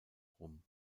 rum